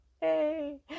Hey